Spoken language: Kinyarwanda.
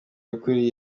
y’ukuri